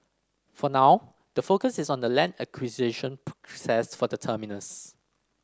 for now the focus is on the land acquisition process for the terminus